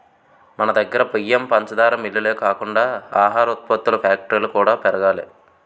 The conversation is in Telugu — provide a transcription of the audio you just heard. మనదగ్గర బియ్యం, పంచదార మిల్లులే కాకుండా ఆహార ఉత్పత్తుల ఫ్యాక్టరీలు కూడా పెరగాలి